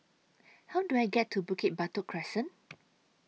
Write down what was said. How Do I get to Bukit Batok Crescent